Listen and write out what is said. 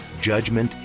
judgment